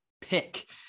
pick